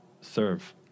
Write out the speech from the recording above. serve